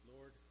Lord